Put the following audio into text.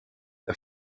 the